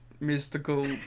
mystical